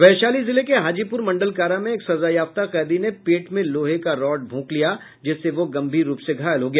वैशाली जिले के हाजीप्र मंडल कारा में एक सजायाफ्ता कैदी ने पेट में लोहे का रॉड भोंक लिया जिससे वह गंभीर रूप से घायल हो गया